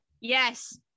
Yes